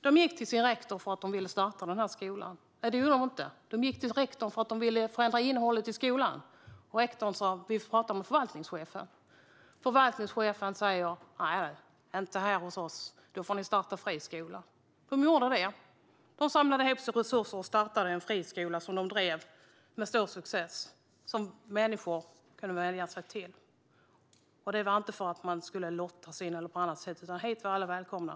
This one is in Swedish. De gick till sin rektor för att de ville förändra innehållet i skolan. Rektorn sa: Vi får prata med förvaltningschefen. Förvaltningschefen sa: Nej, inte här hos oss, då får ni starta friskola. Det gjorde de. De samlade ihop resurser och startade en friskola som de drev med stor framgång. Det handlade inte om att man skulle lottas in, utan dit var alla välkomna.